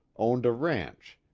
owned a ranch,